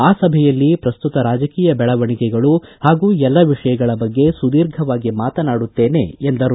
ಆ ಸಭೆಯಲ್ಲಿ ಪ್ರಸ್ತುತ ರಾಜಕೀಯ ಬೆಳವಣಿಗೆಗಳು ಹಾಗೂ ಎಲ್ಲ ವಿಷಯಗಳ ಬಗ್ಗೆ ಸುಧೀರ್ಘವಾಗಿ ಮಾತನಾಡುತ್ತೇನೆ ಎಂದರು